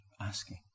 asking